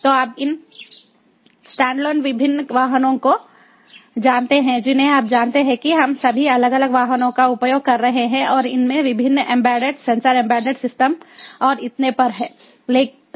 तो आप इन स्टैंडअलोन विभिन्न वाहनों को जानते हैं जिन्हें आप जानते हैं कि हम सभी अलग अलग वाहनों का उपयोग कर रहे हैं और इनमें विभिन्न एम्बेडेड सेंसर एम्बेडेड सिस्टम और इतने पर हैं